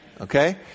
Okay